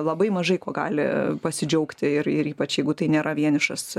labai mažai kuo gali pasidžiaugti ir ir ypač jeigu tai nėra vienišas